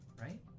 right